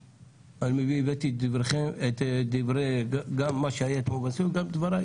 אני הבאתי בפניכם את מה שהיה אתמול בנשיאות וגם את דבריי,